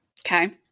Okay